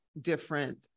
different